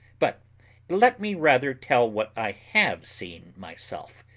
but let me rather tell what i have seen myself.